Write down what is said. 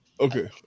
Okay